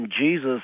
Jesus